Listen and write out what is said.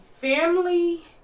family